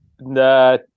no